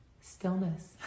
Stillness